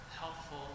helpful